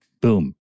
Boom